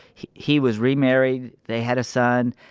he he was remarried. they had a son,